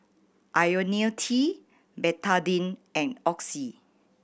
Ionil T Betadine and Oxy